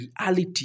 reality